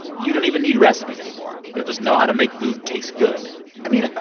you don't even need recipes anymore. you'll just know how to make food taste good i mean,